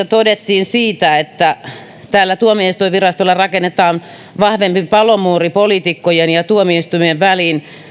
todettiin että tuomioistuinvirastolla rakennetaan vahvempi palomuuri poliitikkojen ja tuomioistuimien väliin